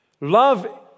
Love